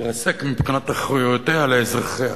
להתרסק מבחינת אחריותה לאזרחיה,